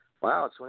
Wow